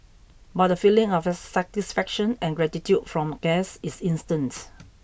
but the feeling of satisfaction and gratitude from guests is instant